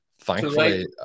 thankfully